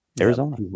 Arizona